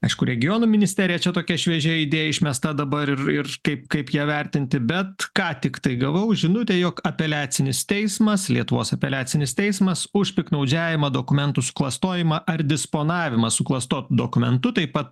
aišku regionų ministerija čia tokia šviežia idėja išmesta dabar ir ir kaip kaip ją vertinti bet ką tik gavau žinutę jog apeliacinis teismas lietuvos apeliacinis teismas už piktnaudžiavimą dokumentų suklastojimą ar disponavimą suklastotu dokumentu taip pat